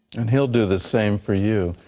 and he will do the same for you.